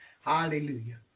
Hallelujah